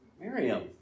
Miriam